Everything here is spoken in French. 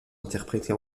interprétées